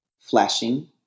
flashing